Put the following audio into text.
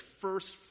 first